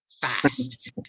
fast